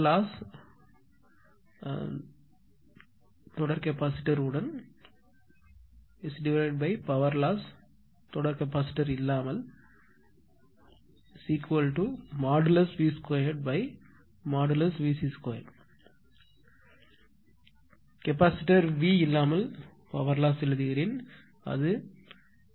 Ploss Ploss V2VC2 capacitor V இல்லாமல் Ploss எழுதுகிறேன் அது 0